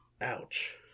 Ouch